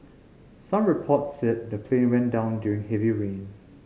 some reports said the plane went down during heavy rain